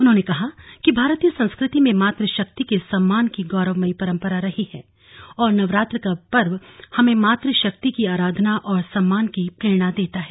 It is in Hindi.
उन्होंने कहा कि भारतीय संस्कृति में मातृशक्ति के सम्मान की गौरवमर्यी परम्परा रही है और नवरात्र का पर्व हमें मातृशक्ति की आराधना और सम्मान की प्रेरणा देता है